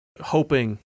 hoping